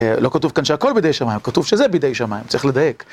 לא כתוב כאן שהכל בידי שמיים, כתוב שזה בידי שמיים, צריך לדאג.